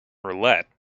roulette